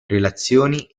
relazioni